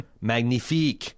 magnifique